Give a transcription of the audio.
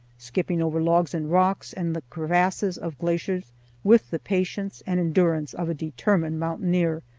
skipping over logs and rocks and the crevasses of glaciers with the patience and endurance of a determined mountaineer,